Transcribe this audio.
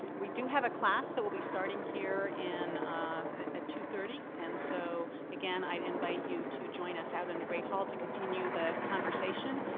we do have a class that will be starting here in at ah two thirty, and so again, i invite you to join us out in the great hall to continue the conversation.